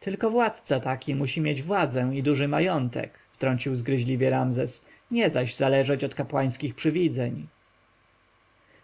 tylko władca taki musi mieć władzę i duży majątek wtrącił zgryźliwie ramzes nie zaś zależeć od kapłańskich przywidzeń